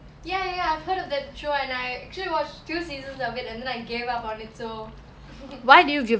ya ya ya I heard of that show and I actually watched two seasons of it and then I gave up on it so